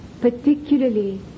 particularly